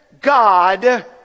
God